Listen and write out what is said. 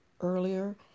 earlier